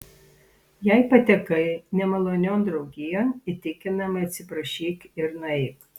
jei patekai nemalonion draugijon įtikinamai atsiprašyk ir nueik